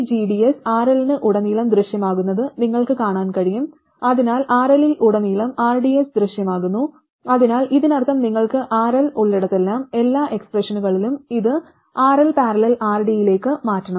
ഈ gds RL ൽ ഉടനീളം ദൃശ്യമാകുന്നത് നിങ്ങൾക്ക് കാണാൻ കഴിയും അതിനാൽ RL ൽ ഉടനീളം rds ദൃശ്യമാകുന്നു അതിനാൽ ഇതിനർത്ഥം നിങ്ങൾക്ക് RL ഉള്ളിടത്തെല്ലാം എല്ലാ എക്സ്പ്രഷനുകളിലും ഇത് RL || rd ലേക്ക് മാറ്റണം